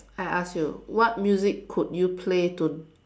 I ask you what music could you play to